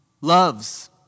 loves